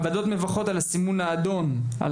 הוועדות מברכות על הסימון האדום על